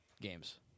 games